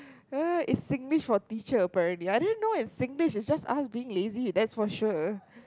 (hur) it's Singlish for teacher apparently I didn't know it's Singlish it's just us being lazy that's for sure